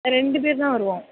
ரெண்டு பேர்தான் வருவோம்